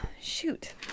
shoot